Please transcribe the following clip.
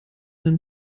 den